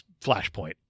Flashpoint